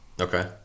Okay